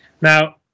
Now